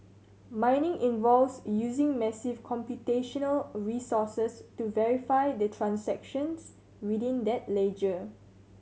mining involves using massive computational resources to verify the transactions within that ledger